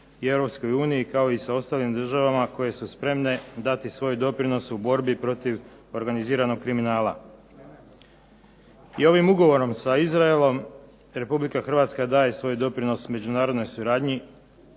i Europskoj uniji kao i sa ostalim državama koje su spremne dati svoj doprinos u borbi protiv organiziranog kriminala. I ovim ugovor sa Izraelom Republika Hrvatska daje svoj doprinos međunarodnoj suradnji